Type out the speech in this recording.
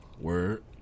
Word